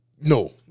no